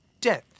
Death